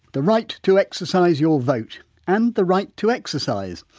the right to exercise your vote and the right to exercise.